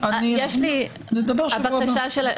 נדבר בשבוע הבא.